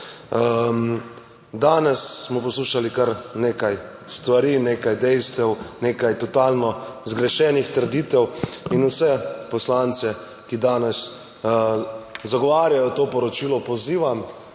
Danes smo poslušali kar nekaj stvari, nekaj dejstev, nekaj totalno zgrešenih trditev in vse poslance, ki danes zagovarjajo to poročilo pozivam,